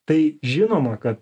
tai žinoma kad